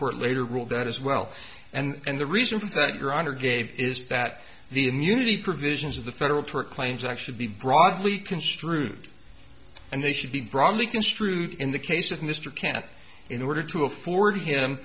court later ruled that as well and the reason for that your honor gave is that the immunity provisions of the federal tort claims act should be broadly construed and they should be broadly construed in the case of mr kant in order to afford him